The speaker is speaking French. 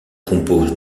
compose